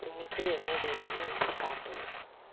இன்னிக்கு என்ன தேதினு எனக்கு காட்டு